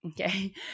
okay